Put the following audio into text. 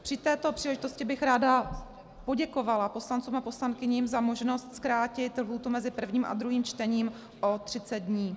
Při této příležitosti bych ráda poděkovala poslancům a poslankyním za možnost zkrátit lhůtu mezi prvním a druhým čtením o 30 dnů.